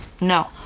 No